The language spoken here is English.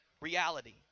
reality